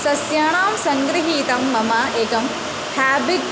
सस्यानां सङ्गृहीतं मम एकं हेबिट्